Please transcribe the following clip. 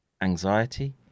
anxiety